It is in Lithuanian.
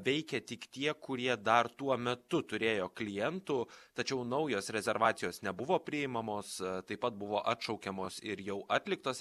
veikė tik tie kurie dar tuo metu turėjo klientų tačiau naujos rezervacijos nebuvo priimamos taip pat buvo atšaukiamos ir jau atliktos